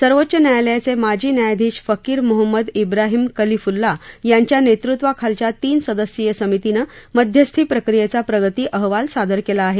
सर्वोच्च न्यायालयाचे माजी न्यायाधीश फकीर मोहम्मद इब्राहीम कलिफुल्ला यांच्या नेतृत्वाखालच्या तीन सदस्यीय समितीनं मध्यस्थी प्रक्रियेचा प्रगती अहवाल सादर केला आहे